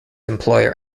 employer